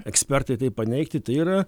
ekspertai tai paneigti tai yra